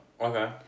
Okay